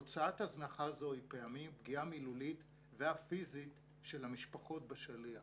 תוצאת הזנחה זו היא פעמים פגיעה מילולית ואף פיזית של המשפחות בשליח,